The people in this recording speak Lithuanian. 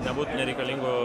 nebūtų nereikalingų